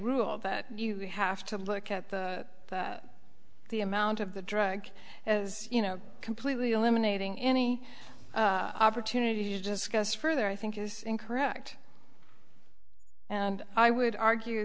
rule that you have to look at the amount of the drug as you know completely eliminating any opportunity to discuss further i think is incorrect and i would argue